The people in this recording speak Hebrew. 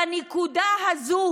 בנקודה הזאת